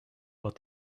but